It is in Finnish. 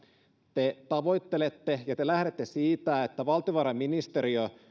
te tavoittelette sitä ja lähdette siitä että valtiovarainministeriö